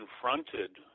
confronted